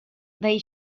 they